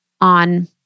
on